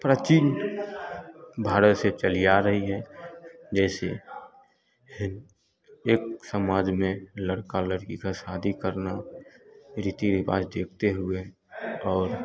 प्राचीन भारत से चली आ रही है जैसे है लोक समाज में लड़का लड़की का शादी करना रीति रिवाज देखते हुए और